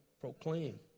proclaim